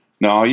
No